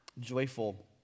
joyful